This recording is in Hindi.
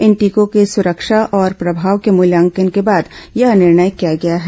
इन टीकों की सुरक्षा और प्रभाव के मूल्यांकन के बाद यह निर्णय किया गया है